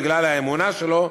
בגלל האמונה שלו,